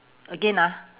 again ah